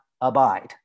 abide